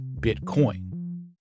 Bitcoin